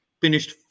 finished